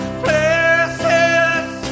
places